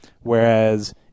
Whereas